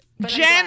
Jen